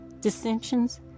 dissensions